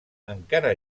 encara